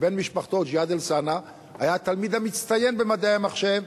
ובן משפחתו ג'יהאד אלסאנע היה התלמיד המצטיין במדעי המחשב.